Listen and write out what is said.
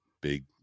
big